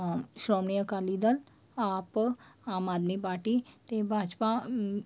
Shiromani Akali Dal AAP Aam Aadmi party ਅਤੇ ਭਾਜਪਾ